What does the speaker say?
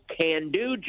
can-do